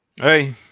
Hey